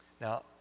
Now